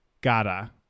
gada